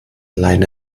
leine